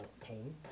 pain